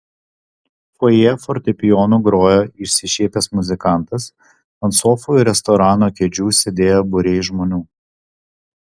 fojė fortepijonu grojo išsišiepęs muzikantas ant sofų ir restorano kėdžių sėdėjo būriai žmonių